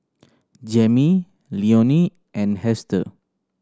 Jammie Leonie and Hester